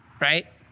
right